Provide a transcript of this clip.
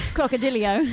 Crocodilio